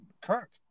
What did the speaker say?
Kirk